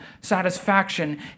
satisfaction